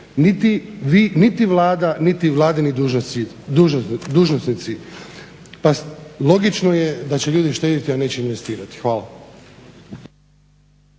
niti Vlada, niti vladini dužnosnici. Pa logično je da će ljudi štedjeti, a neće investirati. Hvala.